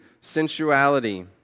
sensuality